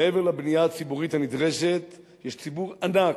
מעבר לבנייה הציבורית הנדרשת יש ציבור ענק,